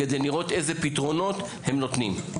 כדי לראות אילו פתרונות הם נותנים.